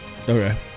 Okay